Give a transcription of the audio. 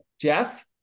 Jess